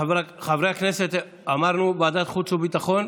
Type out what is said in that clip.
חברי הכנסת, אמרנו ועדת חוץ וביטחון?